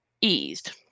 eased